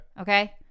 Okay